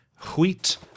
wheat